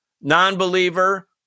non-believer